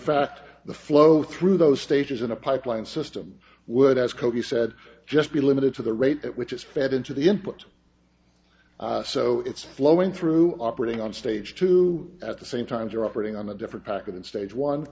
fact the flow through those stages in a pipeline system would as cokie said just be limited to the rate at which is fed into the input so it's flowing through operating on stage two at the same time they're operating on a different packet in stage one